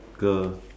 girl